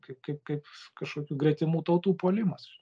kaip kaip kaip kažkokių gretimų tautų puolimas